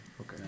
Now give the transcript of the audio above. Okay